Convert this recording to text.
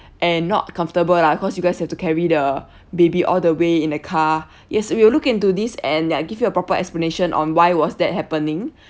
and not comfortable lah cause you guys have to carry the baby all the way in the car yes we will look into this and I'll give you a proper explanation on why was that happening